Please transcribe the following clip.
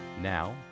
Now